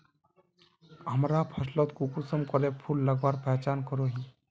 हमरा फसलोत कुंसम करे फूल लगवार पहचान करो ही?